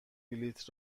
بلیط